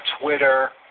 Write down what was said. Twitter